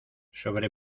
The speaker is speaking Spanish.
sobre